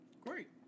Great